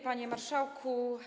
Panie Marszałku!